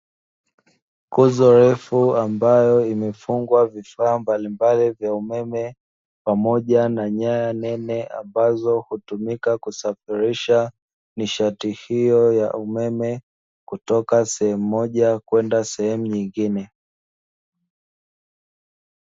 Nguzo refu ambayo imefungwa vifaa mbalimbali vya umeme, pamoja na nyaya nene ambazo hutumika kusafirisha nishati hiyo ya umeme kutoka sehemu moja kwenda sehemu nyingine.